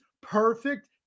perfect